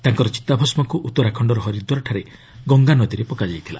ତାଙ୍କର ଚିତାଭସ୍କକୁ ଉତ୍ତରାଖଣ୍ଡର ହରିଦ୍ୱାରଠାରେ ଗଙ୍ଗାନଦୀରେ ପକାଯାଇଥିଲା